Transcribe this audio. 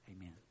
Amen